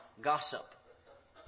gossip